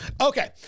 Okay